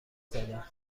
زدن